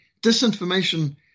disinformation